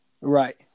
Right